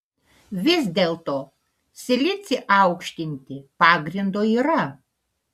vis dėlto silicį aukštinti pagrindo yra